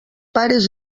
pares